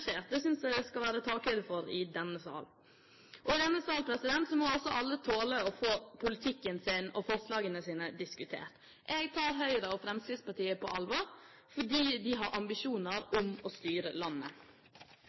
Det synes jeg det skal være takhøyde for i denne sal. I denne sal må også alle tåle å få politikken sin og forslagene sine diskutert. Jeg tar Høyre og Fremskrittspartiet på alvor, fordi de har ambisjoner om å styre landet.